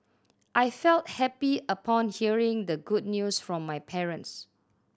I felt happy upon hearing the good news from my parents